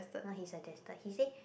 no he suggested he say